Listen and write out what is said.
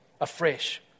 afresh